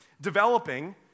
developing